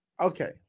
okay